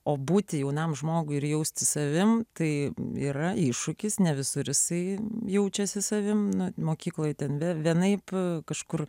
o būti jaunam žmogui ir jaustis savimi tai yra iššūkis ne visur jisai jaučiasi savimi mokykloje ten be vienaip kažkur